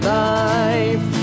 life